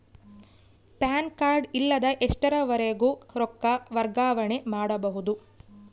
PAN card ಇಲ್ಲದ ಎಷ್ಟರವರೆಗೂ ರೊಕ್ಕ ವರ್ಗಾವಣೆ ಮಾಡಬಹುದು?